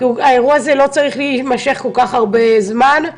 האירוע הזה לא צריך להימשך כל כך הרבה זמן.